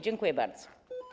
Dziękuję bardzo.